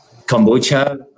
Kombucha